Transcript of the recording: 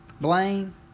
Blame